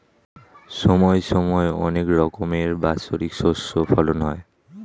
সময় সময় অনেক রকমের বাৎসরিক শস্য ফলন হয়